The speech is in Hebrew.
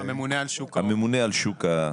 הממונה על שוק ההון,